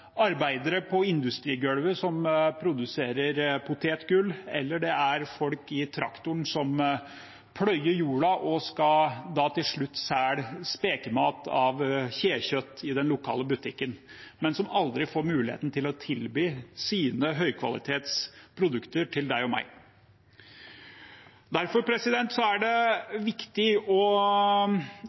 arbeidere på industrigulvet som produserer potetgull, eller det er folk i traktoren som pløyer jorda og til slutt skal selge spekemat av kjekjøtt i den lokale butikken, men som aldri får muligheten til å tilby sine høykvalitetsprodukter til deg og meg. Derfor er det for det første viktig å